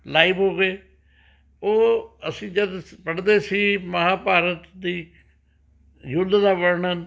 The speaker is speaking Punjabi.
ਲਾਈਵ ਹੋ ਗਏ ਉਹ ਅਸੀਂ ਜਦ ਅਸੀਂ ਪੜ੍ਹਦੇ ਸੀ ਮਹਾਭਾਰਤ ਦੀ ਯੁੱਧ ਦਾ ਵਰਣਨ